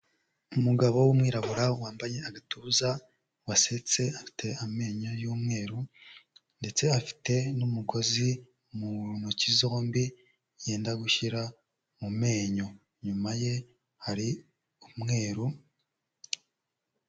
Umugabo w'umwirabura wambaye agatuza wasetse, afite amenyo y'umweru ndetse afite n'umugozi mu ntoki zombi yenda gushyira mu menyo, inyuma ye hari umweru.